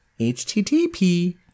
HTTP